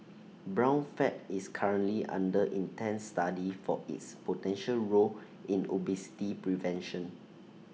brown fat is currently under intense study for its potential role in obesity prevention